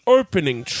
opening